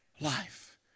life